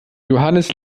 johannes